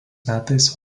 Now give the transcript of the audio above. metais